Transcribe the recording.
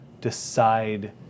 decide